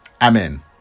Amen